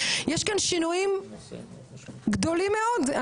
יש כאן שינויים גדולים מאוד,